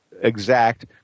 exact